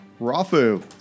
Rafu